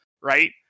right